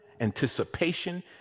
anticipation